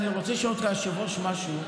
אני רוצה לשאול אותך משהו, היושב-ראש.